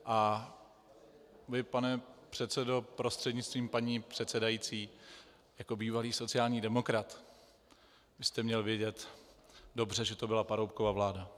A vy, pane předsedo prostřednictvím paní předsedající , jako bývalý sociální demokrat byste měl vědět dobře, že to byla Paroubkova vláda.